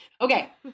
Okay